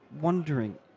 wondering